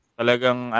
talagang